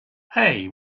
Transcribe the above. hey